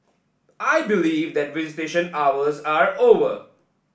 I believe that visitation hours are over